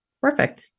Perfect